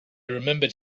remembered